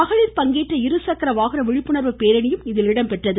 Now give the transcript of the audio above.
மகளிர் பங்கேற்ற இருசக்கர வாகன விழிப்புணர்வு பேரணியும் இதில் இடம்பெற்றது